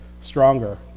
stronger